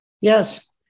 Yes